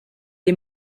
est